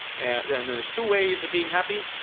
and then then there's two ways of being happy.